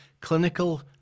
clinical